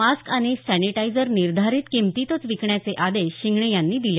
mask आणि sanitizer निर्धारित किमतीतच विकण्याचे आदेश शिंगणे यांनी दिले